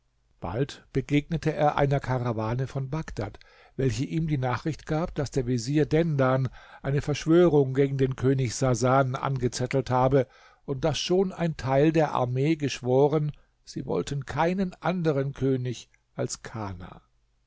bald begegnete er einer karawane von bagdad welche ihm die nachricht gab daß der vezier dendan eine verschwörung gegen den könig sasan angezettelt habe und daß schon ein teil der armee geschworen sie wollten keinen anderen könig als kana